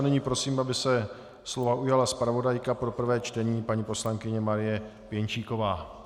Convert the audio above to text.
Nyní prosím, aby se slova ujala zpravodajka pro prvé čtení paní poslankyně Marie Pěnčíková.